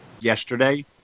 yesterday